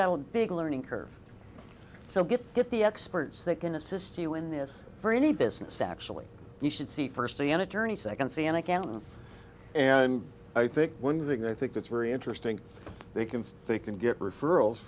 got a big learning curve so get the experts that can assist you in this for any business actually you should see first see an attorney second see an accountant and i think one thing i think that's very interesting they can they can get referrals